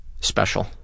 special